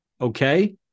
Okay